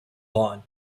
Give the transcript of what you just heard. bonn